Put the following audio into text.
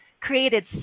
created